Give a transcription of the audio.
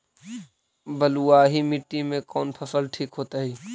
बलुआही मिट्टी में कौन फसल ठिक होतइ?